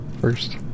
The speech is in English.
first